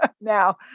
now